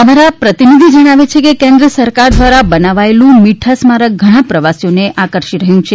અમારા પ્રતિનિધિ જણાવે છે કે કેન્દ્ર સરકાર દ્વારા બનાવાયેલું મીઠા સ્મારક ઘણા પ્રવાસીઓને આકર્ષી રહ્યું છે